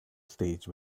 stage